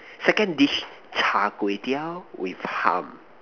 second dish Char-Kway-Teow with hum